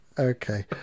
Okay